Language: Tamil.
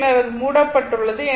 பின்னர் அது மூடப்பட்டுள்ளது